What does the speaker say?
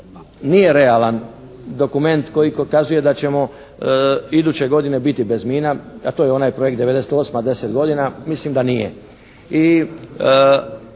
nije realan dokument koji pokazuje da ćemo iduće godine biti bez mina, a to je onaj projekt '98., 10 godina, mislim da nije i